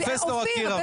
אופיר,